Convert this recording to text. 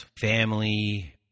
family